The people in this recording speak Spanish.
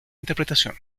interpretación